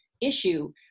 issue